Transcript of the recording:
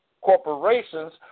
corporations